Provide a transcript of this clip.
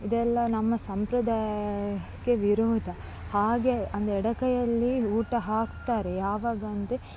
ಇದೆಲ್ಲ ನಮ್ಮ ಸಂಪ್ರದಾಯಕ್ಕೆ ವಿರೋಧ ಹಾಗೇ ಅಂದರೆ ಎಡ ಕೈಯಲ್ಲಿ ಊಟ ಹಾಕ್ತಾರೆ ಯಾವಾಗಂದರೆ